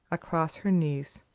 across her knees,